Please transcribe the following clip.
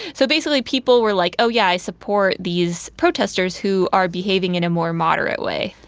so basically people were like, oh yeah, i support these protesters who are behaving in a more moderate way.